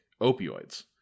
opioids